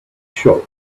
shop